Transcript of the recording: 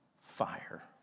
fire